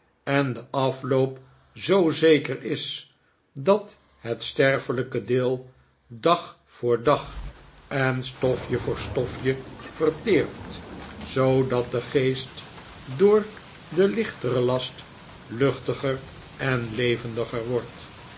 en de afloop zoo zeker is dat het sterfelijke deel dag voor dag en stofje voor stofje verteert zoodat de geest door den lichteren last luchtiger en levendiger wordt